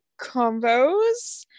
Combos